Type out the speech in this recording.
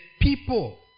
people